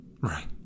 Right